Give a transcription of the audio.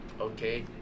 okay